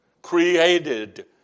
Created